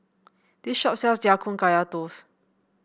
this shop sells Ya Kun Kaya Toast